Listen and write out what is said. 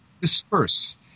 Disperse